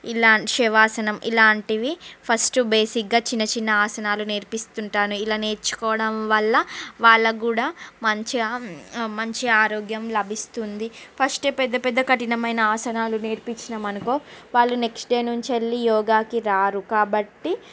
ఇలా శవాసనం ఇలాంటివి ఫస్ట్ బేసిక్గా చిన్న చిన్న ఆసనాలు నేర్పిస్తు ఉంటాను ఇలా నేర్చుకోవడం వల్ల వాళ్ళకు కూడా మంచిగా మంచి ఆరోగ్యం లభిస్తుంది ఫస్ట్ పెద్ద పెద్ద కఠినమైన ఆసనాలు నేర్పించినాం అనుకో వాళ్ళు నెక్స్ట్ డే నుంచి వెళ్ళి యోగాకి రారు కాబట్టి